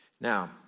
Now